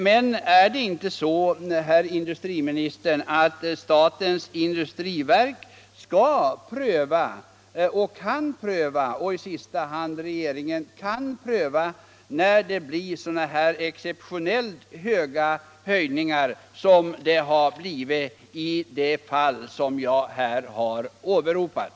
Men är det inte så, herr industriminister, att statens industriverk och i sista hand regeringen kan och skall pröva avgifterna när det blir sådana exceptionellt höga höjningar som i de fall jag här har åberopat?